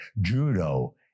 judo